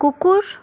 কুকুর